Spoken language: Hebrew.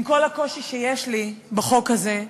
עם כל הקושי שיש לי בחוק הזה,